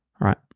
Right